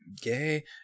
gay